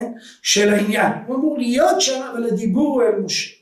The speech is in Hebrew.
של העניין. לא אמור להיות שם אבל לדיבור הוא אנושי.